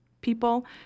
people